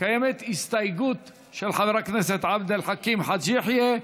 יש הסתייגות של חבר הכנסת עבד אל חכים חאג' יחיא.